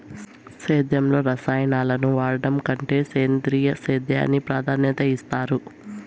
సేద్యంలో రసాయనాలను వాడడం కంటే సేంద్రియ సేద్యానికి ప్రాధాన్యత ఇస్తారు